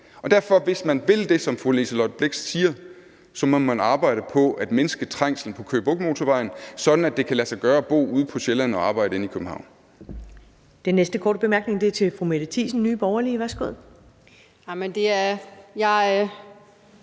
Derfor – hvis man vil det, som fru Liselott Blixt siger – må man arbejde på at mindske trængslen på Køge Bugt Motorvejen, sådan at det kan lade sig gøre at bo ude på Sjælland og arbejde inde i København.